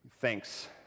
thanks